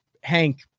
Hank